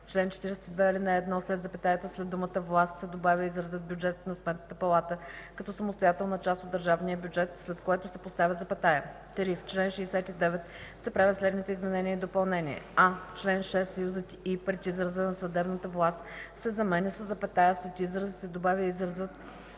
чл. 42, ал. 1 след запетаята след думата „власт,” се добавя изразът „бюджетът на Сметната палата като самостоятелна част от държавния бюджет”, след което се поставя запетая. 3. В чл. 69 се правят следните изменения и допълнения: а) в ал. 6 съюзът „и” пред израза „на съдебната власт” се заменя със запетая, а след израза се добавя изразът